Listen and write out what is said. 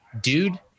Dude